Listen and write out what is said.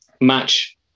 match